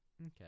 Okay